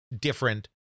different